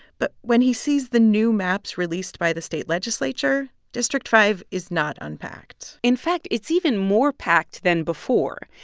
but when he sees the new maps released by the state legislature, district five is not unpacked in fact, it's even more packed than before.